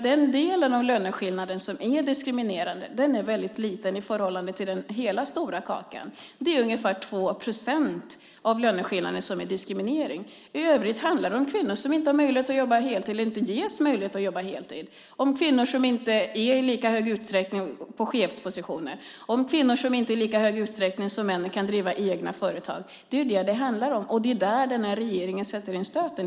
Den del av löneskillnaden som är diskriminerande är väldigt liten i förhållande till hela, stora kakan. Det är ungefär 2 procent av löneskillnaden som är diskriminering. I övrigt handlar det om kvinnor som inte har möjlighet att jobba heltid och inte ges möjlighet att jobba heltid, om kvinnor som inte i lika stor utsträckning återfinns i chefspositioner och om kvinnor som inte i lika stor utsträckning som männen kan driva egna företag. Det är ju det som det handlar om, och det är där den här regeringen sätter in stöten.